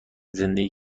زندگی